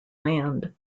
land